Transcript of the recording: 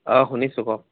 অঁ শুনিছোঁ কওক